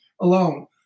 alone